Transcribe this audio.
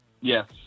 Yes